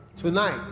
tonight